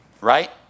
right